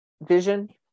vision